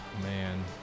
Man